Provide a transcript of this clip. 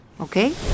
okay